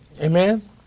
Amen